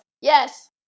yes